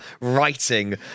writing